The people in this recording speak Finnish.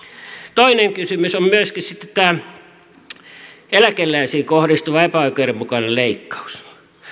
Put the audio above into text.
toinen kysymys on myöskin sitten tämä eläkeläisiin kohdistuva epäoikeudenmukainen leikkaus